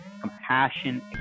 compassion